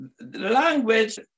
language